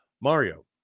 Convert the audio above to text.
Mario